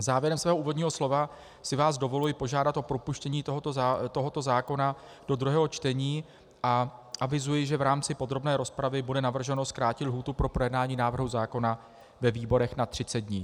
Závěrem svého úvodního slova si vás dovoluji požádat o propuštění tohoto zákona do druhého čtení a avizuji, že v rámci podrobné rozpravy bude navrženo zkrátit lhůtu pro projednání návrhu zákona ve výborech na třicet dní.